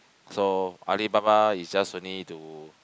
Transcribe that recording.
so Alibaba is just only to